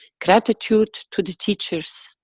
gratitude to the teachers,